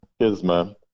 Isma